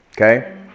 Okay